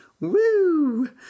Woo